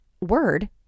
word